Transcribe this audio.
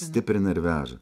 stiprina ir veža